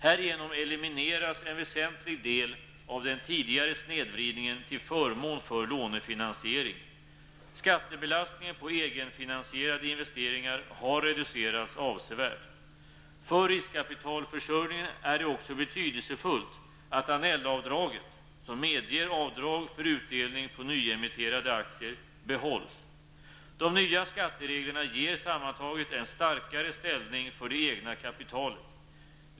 Härigenom elimineras en väsentlig del av den tidigare snedvridningen till förmån för lånefinansiering. Skattebelastningen på egenfinansierade investeringar har reducerats avsevärt. För riskkapitalförsörjningen är det också betydelsefullt att Annellavdraget -- som medger avdrag för utdelning på nyemitterade aktier -- behålls. De nya skattereglerna ger sammantaget en starkare ställning för det egna kapitalet.